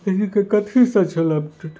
रविके कथीसँ चलब